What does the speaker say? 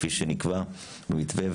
כפי שנקבע במתווה,